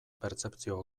pertzepzio